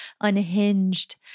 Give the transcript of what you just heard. unhinged